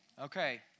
Okay